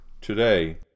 today